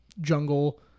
jungle